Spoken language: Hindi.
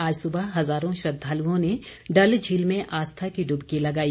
आज सुबह हजारों श्रद्वालुओं ने डल झील में आस्था की डुबकी लगाई